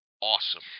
Awesome